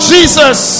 Jesus